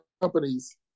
companies